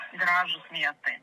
gražūs miestai